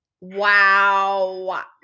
wow